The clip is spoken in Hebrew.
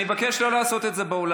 אני מבקש לא לעשות את זה באולם.